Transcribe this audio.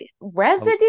residue